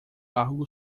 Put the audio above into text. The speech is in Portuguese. algo